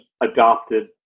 adopted